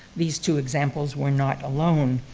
these two examples were not alone.